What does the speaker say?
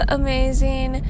amazing